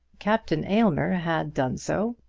captain aylmer had done so,